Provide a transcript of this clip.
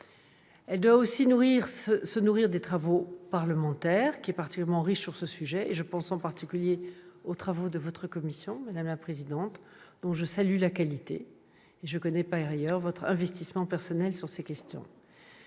Elle doit aussi pouvoir se nourrir des travaux parlementaires, qui sont particulièrement riches sur ce sujet. Je pense singulièrement aux travaux de votre commission, madame la présidente, travaux dont je salue la qualité. Je connais par ailleurs votre investissement personnel sur ces questions.